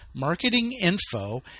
marketinginfo